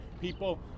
people